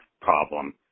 problem